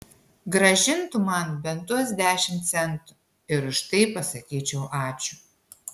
grąžintų man bent tuos dešimt centų ir už tai pasakyčiau ačiū